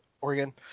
Oregon